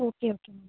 okay okay ma'am